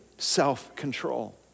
Self-control